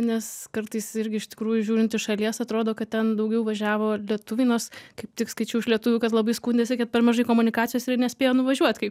nes kartais irgi iš tikrųjų žiūrint iš šalies atrodo kad ten daugiau važiavo lietuviai nors kaip tik skaičiau iš lietuvių kad labai skundėsi kad per mažai komunikacijos ir nespėjo nuvažiuot kai